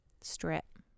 strip